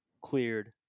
cleared